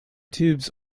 tubes